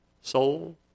soul